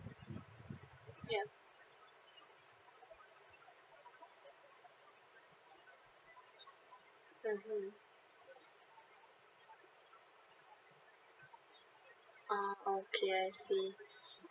ya mmhmm ah okay I see